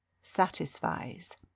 satisfies